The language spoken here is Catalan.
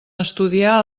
estudiar